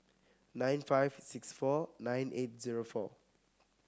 nine five six four nine eight zero four